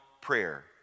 prayer